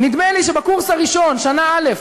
נדמה לי שבקורס הראשון, שנה א',